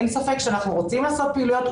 אין ספק שאנחנו רוצים לעשות פעילויות,